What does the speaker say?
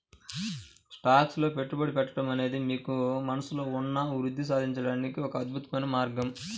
stocks లో పెట్టుబడి పెట్టడం అనేది మీకు మనస్సులో ఉన్న వృద్ధిని సాధించడానికి ఒక అద్భుతమైన మార్గం